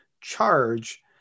charge